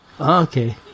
Okay